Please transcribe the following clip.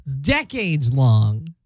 decades-long